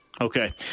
Okay